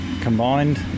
combined